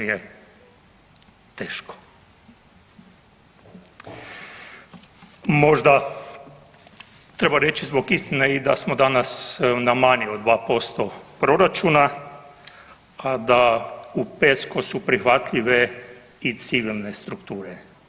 Možda treba reći zbog istine i da smo danas na manje od 2% proračuna, a da u PESCO su prihvatljive i civilne strukture.